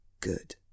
Good